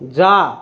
जा